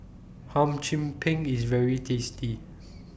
Hum Chim Peng IS very tasty